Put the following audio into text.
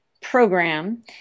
program